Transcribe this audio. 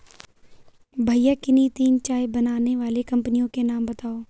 भैया किन्ही तीन चाय बनाने वाली कंपनियों के नाम बताओ?